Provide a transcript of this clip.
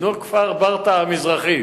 ישנו כפר ברטעה המזרחי,